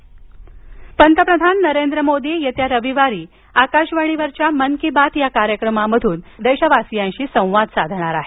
मन की बात पंतप्रधान नरेंद्र मोदी येत्या रविवारी आकाशवाणीवरील मन की बात या कार्यक्रम मालिकेतून देशवासियांशी संवाद साधणार आहेत